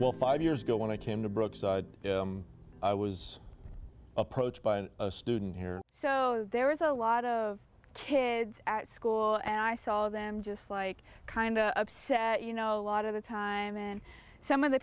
well five years ago when i came to brookside i was approached by a student here so there is a lot of kids at school and i saw them just like kind of upset you know a lot of the time and some of the